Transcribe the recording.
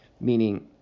Meaning